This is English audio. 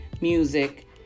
music